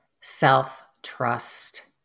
self-trust